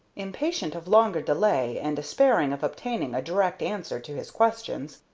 impatient of longer delay, and despairing of obtaining a direct answer to his questions,